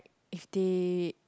if they